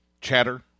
chatter